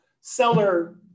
seller